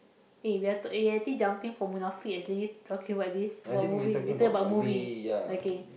eh we are eh we're already jumping from Munafik and suddenly talking about this what movie later what movie okay